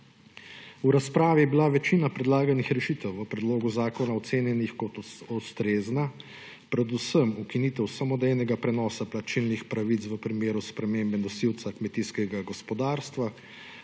V razpravi je bila večina predlaganih rešitev v predlogu zakona ocenjenih kot ustrezna, predvsem ukinitev samodejnega prenosa plačilnih pravic v primeru spremembe nosilca kmetijskega gospodarstva,